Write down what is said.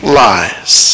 lies